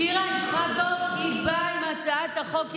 שירה איסקוב באה עם הצעת החוק,